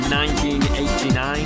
1989